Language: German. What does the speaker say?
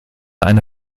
eine